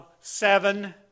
seven